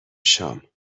شام